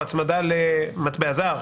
או הצמדה למטבע זר?